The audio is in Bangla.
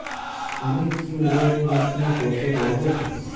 আমি কি মোবাইলের মাধ্যমে করতে পারব?